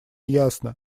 ясно